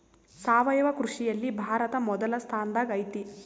ಸಾವಯವ ಕೃಷಿಯಲ್ಲಿ ಭಾರತ ಮೊದಲ ಸ್ಥಾನದಾಗ್ ಐತಿ